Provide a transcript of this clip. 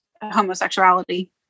homosexuality